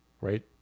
right